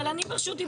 אני ברשות דיבור.